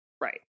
right